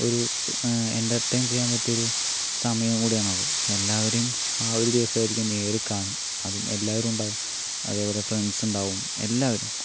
ഒരു എന്റെർടൈൻ ചെയ്യാൻ പറ്റിയൊരു സമയവും കൂടിയാണത് എല്ലാവരേയും ആ ഒരു ദിവസമായിരിക്കും നേരിൽ കാണുക അതും എല്ലാവരും ഉണ്ടാവും അതേപോലെ ഫ്രണ്ട്സുണ്ടാകും എല്ലാവരും